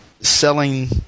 selling